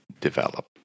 develop